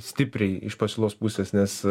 stipriai iš pasiūlos pusės nes